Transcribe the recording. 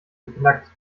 beknackt